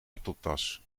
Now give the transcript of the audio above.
laptoptas